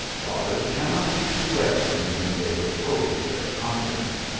fathers cannot be too wary in whom they repose such confidence.